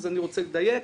אני רוצה לדייק,